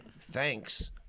thanks